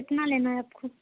کتنا لینا ہے آپ کو